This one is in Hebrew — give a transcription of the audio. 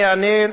אני אענה,